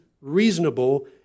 reasonable